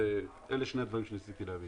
אלה שני דברים שניסיתי להבין.